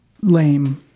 lame